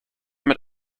mit